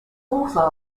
author